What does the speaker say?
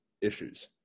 issues